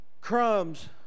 crumbs